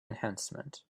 enhancement